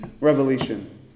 revelation